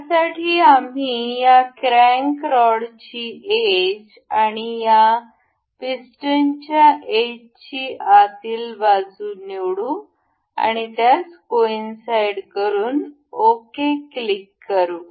यासाठी आम्ही या क्रॅंक रॉडची एज आणि या पिस्टनच्या एजची आतील बाजू निवडू आणि त्यास कॉइनसाईड करून ओके क्लिक करू